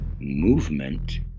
movement